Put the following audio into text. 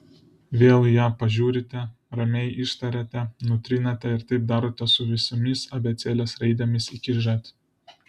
vėl į ją pažiūrite ramiai ištariate nutrinate ir taip darote su visomis abėcėlės raidėmis iki ž